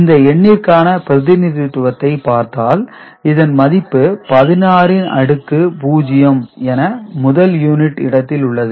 இந்த எண்ணிற்கான பிரதிநிதிதுவத்தை பார்த்தால் இதன் மதிப்பு 16 அடுக்கு 0 என முதல் யூனிட் இடத்தில் உள்ளது